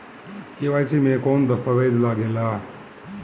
KYC मे कौन दश्तावेज लागेला?